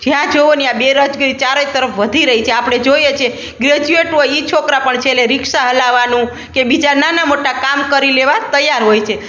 જ્યાં જોવો ત્યાં બેરોજગારી ચારેય તરફ વધી રહી છે આપણે જોઈએ છીએ ગ્રેજ્યુએટ હોય એ છોકરા પણ છેલ્લે રિક્ષા હલાવાનું કે બીજા નાના મોટા કામ કરી લેવા તૈયાર હોય છે